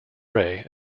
ray